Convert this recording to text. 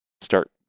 start